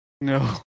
No